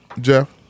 Jeff